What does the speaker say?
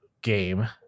game